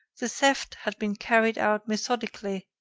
the theft had been carried out methodically,